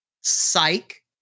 psych